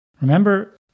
Remember